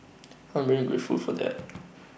I'm very grateful for that